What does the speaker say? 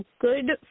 good